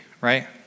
Right